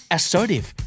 Assertive